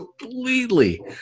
completely